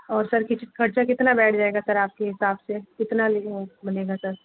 और सर खर्चा कितना बैठ जायेगा सर आपके हिसाब से कितना मिनिमम बनेगा सर